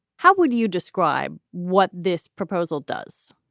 how would you describe what this proposal does?